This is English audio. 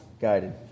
guided